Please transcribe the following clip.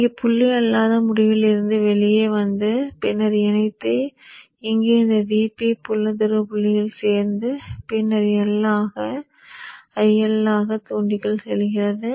இங்கே புள்ளி அல்லாத முடிவில் இருந்து வெளியே வந்து பின்னர் இணைத்து இங்கே இந்த Vp புள்ளி துருவப் புள்ளியில் சேர்ந்து பின்னர் IL ஆக தூண்டிக்குள் செல்கிறது